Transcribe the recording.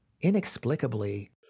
inexplicably